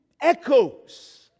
echoes